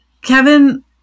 kevin